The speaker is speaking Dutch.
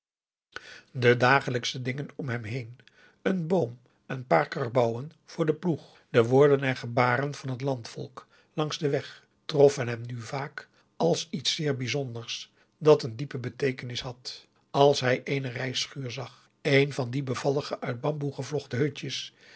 de dagelijksche dingen om hem heen een boom een paar karbouwen voor den ploeg de woorden augusta de wit orpheus in de dessa en gebaren van het landvolk langs den weg troffen hem nu vaak als iets zeer bijzonders dat een diepe beteekenis had als hij eene rijstschuur zag een van die bevallige uit bamboe gevlochten hutjes